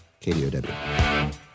KDOW